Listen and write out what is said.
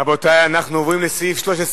אתה קיבלת 10 בגזענות.